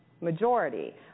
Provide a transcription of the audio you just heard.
majority